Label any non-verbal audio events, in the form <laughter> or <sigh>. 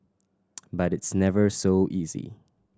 <noise> but it's never so easy